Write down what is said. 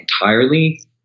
entirely